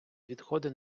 відходи